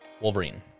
Wolverine